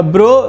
Bro